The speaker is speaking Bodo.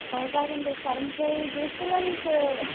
अ जागोन दे सार ओमफ्राय बे सेलारिखौ